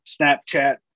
Snapchat